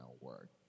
work